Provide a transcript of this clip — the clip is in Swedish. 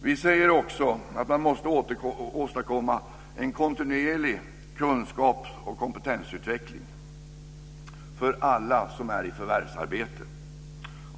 Vi anser vidare att man måste åstadkomma en kontinuerlig kunskaps och kompetensutveckling för alla som är i förvärvsarbete.